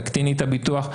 תקטיני את הביטוח.